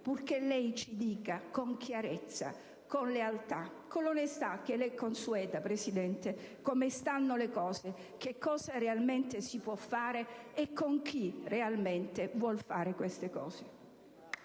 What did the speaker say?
purché ci dica con la chiarezza, la lealtà e l'onestà che le sono consuete come stanno le cose: che cosa realmente si può fare e con chi realmente vuole fare queste cose.